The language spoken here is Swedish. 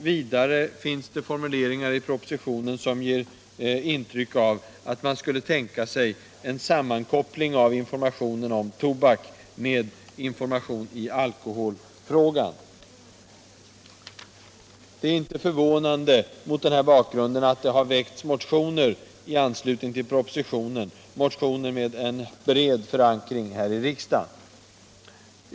Vidare finns det formuleringar i propositionen som ger ett intryck av att man skulle tänka sig en sammankoppling av informationen om tobak med information i alkoholfrågan. Det är mot denna bakgrund inte förvånande att det har väckts motioner i anslutning till propositionen — motioner med en bred förankring här i riksdagen.